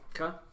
Okay